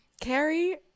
carrie